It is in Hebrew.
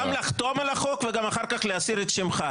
גם לחתום על החוק וגם אחר כך להסיר את שמך,